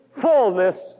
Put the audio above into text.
fullness